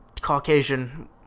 Caucasian